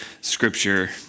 Scripture